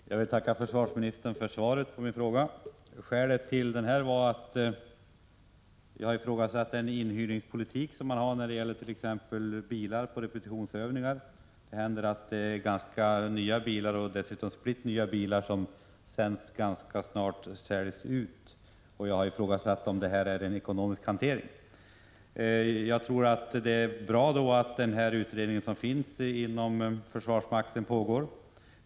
Herr talman! Jag vill tacka försvarsministern för svaret på min fråga. Skälet till frågan var att jag ifrågasatte inhyrningspolitiken beträffande t.ex. bilar vid repetitionsövningar. Det kan vara ganska nya och t.o.m. splitt nya bilar som sedan ganska snart säljs ut. Jag har ifrågasatt om den hanteringen är ekonomisk. Jag tror det är bra att den utredning som finns inom försvarsmakten arbetar.